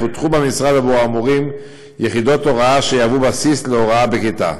פותחו במשרד עבור המורים יחידות הוראה שיהוו בסיס להוראה בכיתה.